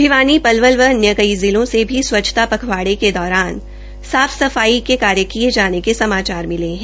भिवानी पलवल व अन्य जिलों से भी स्वच्छता पखवाड़े के दौरान साफ सफाई के कार्य किये जाने के समाचार मिले है